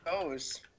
goes